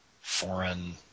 foreign